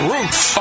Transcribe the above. Roots